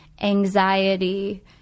anxiety